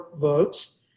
votes